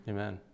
Amen